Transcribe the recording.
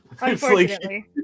Unfortunately